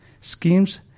schemes